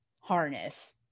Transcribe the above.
harness